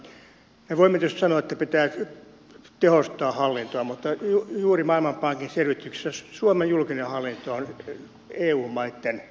me voimme tietysti sanoa että pitää tehostaa hallintoa mutta juuri maailmanpankin selvityksessä suomen julkinen hallinto on eu maitten tehokkain